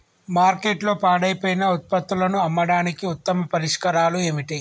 మార్కెట్లో పాడైపోయిన ఉత్పత్తులను అమ్మడానికి ఉత్తమ పరిష్కారాలు ఏమిటి?